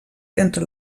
entre